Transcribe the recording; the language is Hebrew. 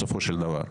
בסופו של דבר.